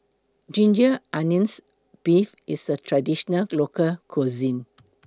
Ginger Onions Beef IS A Traditional Local Cuisine